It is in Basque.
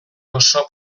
oso